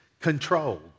controlled